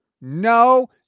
no